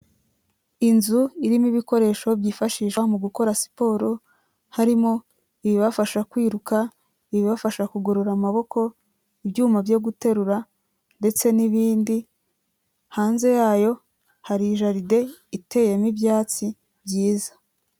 Inzu irimo ibikoresho byifashisha mu gukora siporo, harimo ibibafasha kwiruka, ibibafasha kugorora amaboko, ibyuma byo guterura ndetse n'ibindi, hanze yayo hari jaride iteyemo ibyatsi byiza.